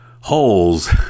holes